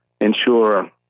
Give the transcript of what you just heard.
ensure